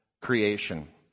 creation